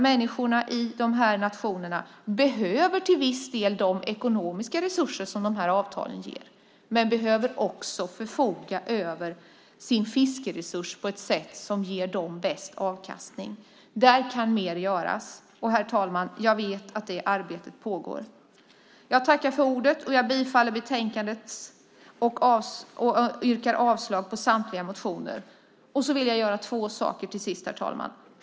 Människorna i de här nationerna behöver till viss del de ekonomiska resurser som de här avtalen ger, men de behöver också förfoga över sin fiskeresurs på ett sätt som ger dem bäst avkastning. Där kan mer göras, och, herr talman, jag vet att det arbetet pågår. Jag yrkar bifall till förslaget i betänkandet och avslag på samtliga motioner. Herr talman! Till sist vill jag göra två saker.